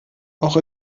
auch